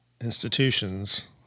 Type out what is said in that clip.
institutions